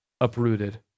uprooted